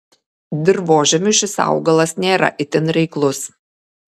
dirvožemiui šis augalas nėra itin reiklus